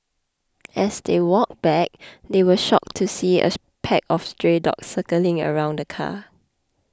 as they walked back they were shocked to see a pack of stray dogs circling around the car